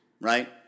right